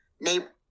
neighborhood